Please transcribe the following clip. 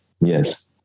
Yes